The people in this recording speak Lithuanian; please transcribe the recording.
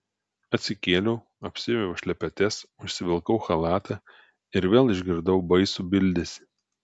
atsikėliau apsiaviau šlepetes užsivilkau chalatą ir vėl išgirdau baisų bildesį